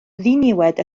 ddiniwed